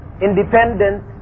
independent